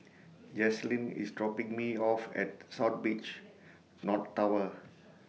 Jaclyn IS dropping Me off At South Beach North Tower